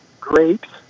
grapes